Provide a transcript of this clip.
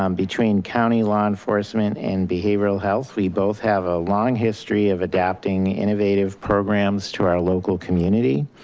um between county law enforcement and behavioral health we both have a long history of adapting innovative programs to our local community.